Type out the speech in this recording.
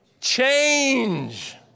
change